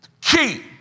key